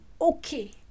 okay